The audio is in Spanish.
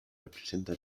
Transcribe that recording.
representa